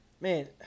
Man